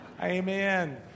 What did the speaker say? Amen